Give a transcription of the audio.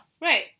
Right